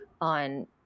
on